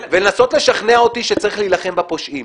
ולנסות לשכנע אותי שצריך להילחם בפושעים.